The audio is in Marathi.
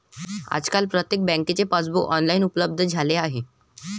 आजकाल प्रत्येक बँकेचे पासबुक ऑनलाइन उपलब्ध झाले आहे